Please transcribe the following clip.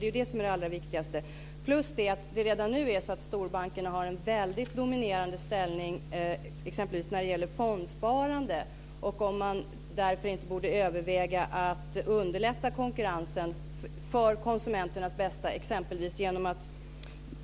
Det är det som är det allra viktigaste, plus att storbankerna redan nu har en väldigt dominerande ställning exempelvis när det gäller fondsparande. Borde man därför inte överväga att underlätta konkurrensen för konsumenternas bästa exempelvis genom